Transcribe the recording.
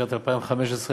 לקראת 2015,